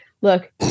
look